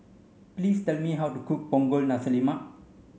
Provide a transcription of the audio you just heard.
please tell me how to cook Punggol Nasi Lemak